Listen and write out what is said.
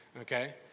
Okay